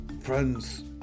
friends